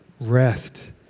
Rest